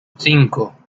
cinco